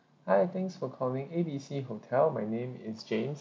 hi thanks for calling A B C hotel my name is james